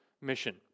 mission